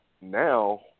now